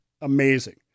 amazing